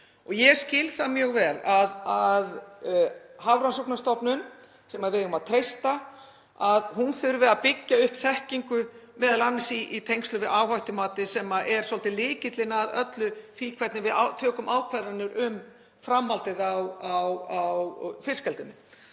Ég skil það mjög vel að Hafrannsóknastofnun, sem við eigum að treysta, þurfi að byggja upp þekkingu, m.a. í tengslum við áhættumatið sem er svolítið lykillinn að öllu því hvernig við tökum ákvarðanir um framhaldið í fiskeldinu.